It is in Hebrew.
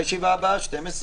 הישיבה ננעלה בשעה